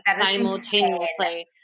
simultaneously